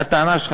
הטענה שלך,